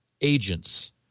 agents